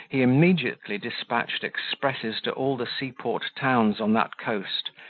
he immediately despatched expresses to all the sea-port towns on that coast,